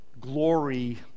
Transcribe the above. glory